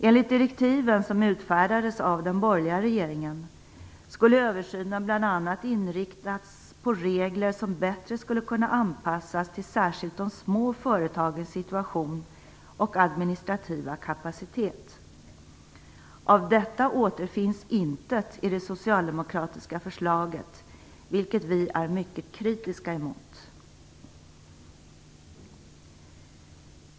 Enligt direktiven, som utfärdades av den borgerliga regeringen, skulle översynen bl.a. inriktas på regler som bättre skulle kunna anpassas till särskilt de små företagens situation och administrativa kapacitet. Av detta återfinns intet i det socialdemokratiska förslaget, vilket vi är mycket kritiska emot.